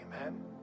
Amen